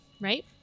right